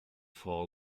four